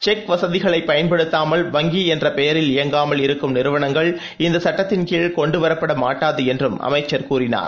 check வசதிகளை பயன்படுத்தாமல் வங்கி என்ற பெயரில் இயங்காமல் இருக்கும் நிறுவனங்கள் இந்த சட்டத்தின் கீழ் கொண்டு வரப்பட மாட்டாது என்றும் அமைச்சர் கூறினார்